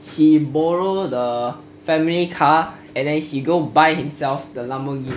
he borrow the family car and then he go buy himself the lamborghini